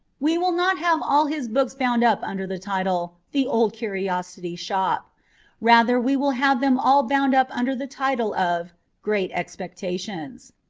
we will not have all his books bound up under the title the old curiosity shop rather we will have them all bound up under the title of great expectations.